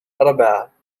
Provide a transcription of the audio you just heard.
أربعة